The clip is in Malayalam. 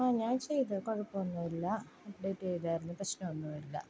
ആ ഞാൻ ചെയ്തു കുഴപ്പമൊന്നും ഇല്ല അപ്ഡേറ്റ് ചെയ്തായിരുന്നു പ്രശ്നമൊന്നും ഇല്ല